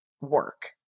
work